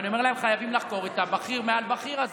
ואני אומר להם: חייבים לחקור את הבכיר מעל בכיר הזה,